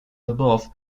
above